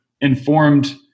informed